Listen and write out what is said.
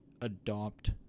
adopt